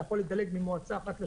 אתה יכול לדלג ממועצה אחת לשנייה.